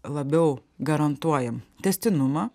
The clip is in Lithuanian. labiau garantuojam tęstinumą